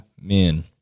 men